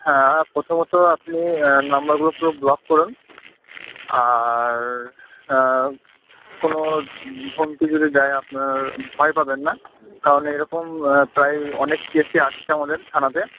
হ্যাঁ প্রথমত আপনি নম্বরগুলো পুরো ব্লক করুন আর কোনো ধমকি যদি দেয় আপনার ভয় পাবেন না কারণ এরকম প্রায় অনেক কেসই আসছে আমাদের থানাতে